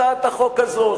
הצעת החוק הזאת,